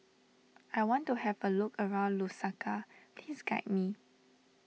I want to have a look around Lusaka please guide me